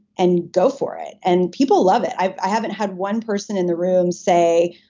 and go for it. and people love it. i haven't had one person in the room say,